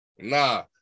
Nah